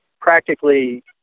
practically